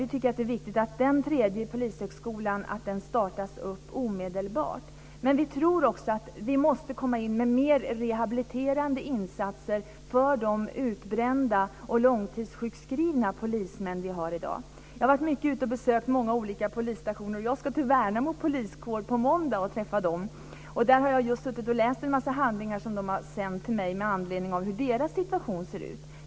Vi tycker att det är viktigt att den tredje polishögskolan startas omedelbart. Men vi tror också att man måste komma in med mer rehabiliterande insatser för de utbrända och långtidssjukskrivna polismän vi har i dag. Jag har varit ute och besökt många olika polisstationer. Jag ska till Värnamo poliskår på måndag och träffa dem som är där. Jag har just suttit och läst en massa handlingar som de har sänt till mig just med anledning av hur deras situation ser ut.